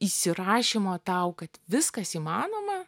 įsirašymo tau kad viskas įmanoma